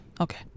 Okay